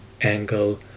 angle